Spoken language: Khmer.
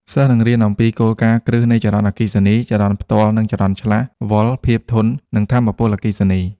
សិស្សនឹងរៀនអំពីគោលការណ៍គ្រឹះនៃចរន្តអគ្គិសនី ចរន្តផ្ទាល់ និងចរន្តឆ្លាស់ វ៉ុល ភាពធន់ និងថាមពលអគ្គិសនី។